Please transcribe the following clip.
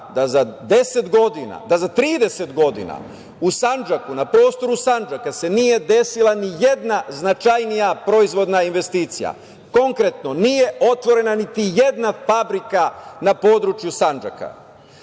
da za 10 godina, da za 30 godina u Sandžaku, na prostoru Sandžaka se nije desila ni jedna značajnija proizvodna investicija. Konkretno, nije otvorena niti jedna fabrika na području